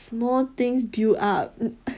small things build up